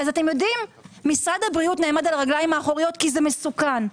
אז משרד הבריאות נעמד על הרגליים האחוריות כי זה מסוכן.